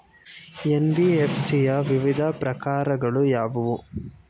NBFC ಯ ವಿವಿಧ ಪ್ರಕಾರಗಳು ಯಾವುವು?